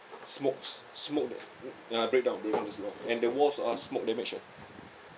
smokes smoke the~ uh break down break down his lock and the walls are smoke damaged ah